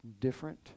different